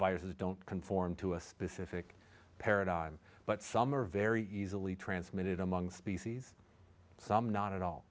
viruses don't conform to a specific paradigm but some are very easily transmitted among species some not at all